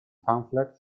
pamphlet